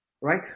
Right